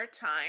time